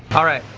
alright.